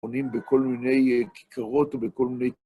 פונים בכל מיני כיכרות ובכל מיני...